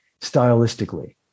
stylistically